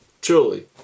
Truly